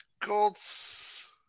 Colts